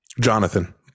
Jonathan